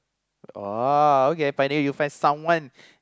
oh okay finally you find someone